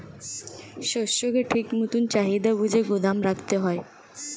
শস্যকে ঠিক মতন চাহিদা বুঝে গুদাম রাখতে হয়